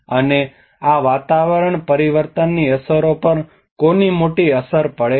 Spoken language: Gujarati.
અને આ વાતાવરણ પરિવર્તનની અસરો પર કોની મોટી અસર પડે છે